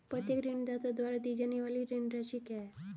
प्रत्येक ऋणदाता द्वारा दी जाने वाली ऋण राशि क्या है?